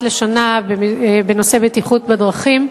מה היה לפני התקנה ב-2002.